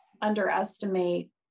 underestimate